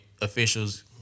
officials